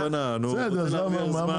אותם.